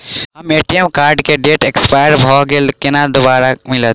हम्मर ATM card केँ date expire भऽ गेल दोबारा कोना मिलत?